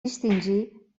distingir